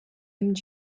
aime